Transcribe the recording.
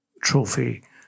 trophy